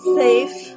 safe